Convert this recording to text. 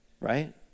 right